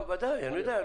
בוודאי, אני יודע.